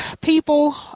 people